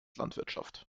landwirtschaft